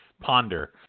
ponder